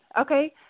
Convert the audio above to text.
Okay